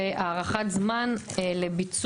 וכן הערכת זמן לביצוע